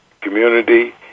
community